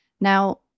Now